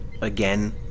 again